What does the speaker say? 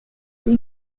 the